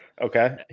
Okay